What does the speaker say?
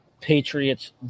Patriots